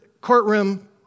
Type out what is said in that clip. courtroom